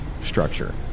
structure